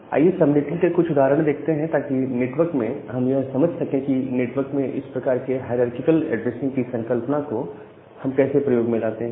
आइए सबनेटिंग के कुछ उदाहरण देखते हैं ताकि नेटवर्क में हम यह समझ सके कि नेटवर्क में इस प्रकार के हायरारकीकल ऐड्रेसिंग की संकल्पना को हम कैसे प्रयोग में लाते हैं